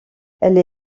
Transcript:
elle